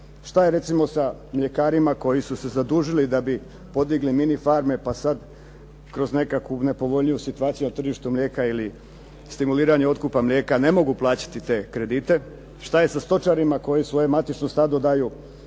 Šta je recimo sa mljekarima koji su se zadužili da bi podigli mini farme, pa sad kroz nekakvu nepovoljniju situaciju na tržištu mlijeka ili stimuliranju otkupa mlijeka ne mogu plaćati te kredite. Šta je sa stočarima koji svoje matično stado daju